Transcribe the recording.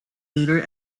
lunar